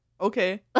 Okay